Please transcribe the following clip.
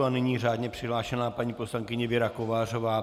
A nyní řádně přihlášená paní poslankyně Věra Kovářová.